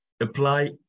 apply